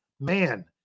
man